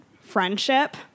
friendship